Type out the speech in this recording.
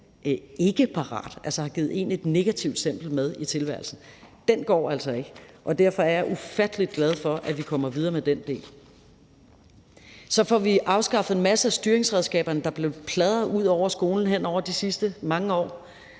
ikkeparat, altså har givet en et negativt stempel med i tilværelsen. Den går altså ikke, og derfor er jeg ufattelig glad for, at vi kommer videre med den del. Så får vi afskaffet en masse af de styringsredskaber, der er blevet pladret ud over skolen hen over de sidste mange år.